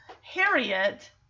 harriet